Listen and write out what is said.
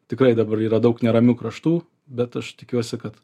tikrai dabar yra daug neramių kraštų bet aš tikiuosi kad